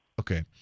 Okay